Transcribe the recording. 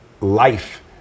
life